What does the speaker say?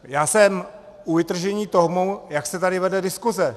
Já jsem u vytržení z toho, jak se tady vede diskuse.